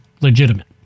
legitimate